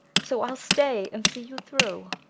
so i'll stay and see you through.